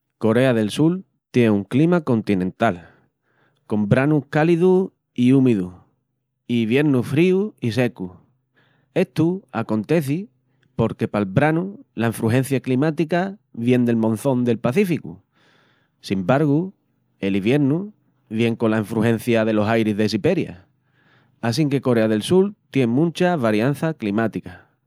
Corea del Sul tié un clima continental, con branus cálidus i úmidus i iviernus fríus i secus. Estu aconteci porque pal branu la enfrujencia climática vien del monzón del Pacíficu, sin bargu el iviernu vien cola enfrujencia delos airis de Siberia, assinque Corea del Sul tié muncha variança climática.